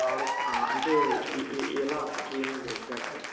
product అంటే ఇ ఎలా సార్ ఏంటి ఎగ్జాట్గా